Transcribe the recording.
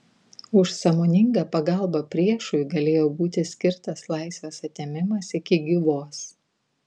už sąmoningą pagalbą priešui galėjo būti skirtas laisvės atėmimas iki gyvos